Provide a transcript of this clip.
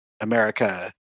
America